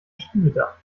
schiebedach